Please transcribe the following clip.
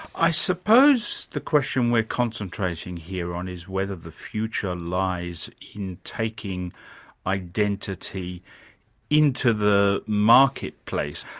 i suppose the question we're concentrating here on is whether the future lies in taking identity into the marketplace,